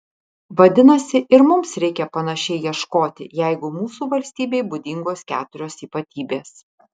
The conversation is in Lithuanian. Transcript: vadinasi ir mums reikia panašiai ieškoti jeigu mūsų valstybei būdingos keturios ypatybės